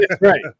right